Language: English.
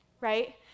right